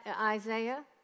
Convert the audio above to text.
Isaiah